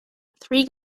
three